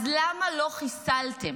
אז למה לא חיסלתם?